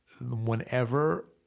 whenever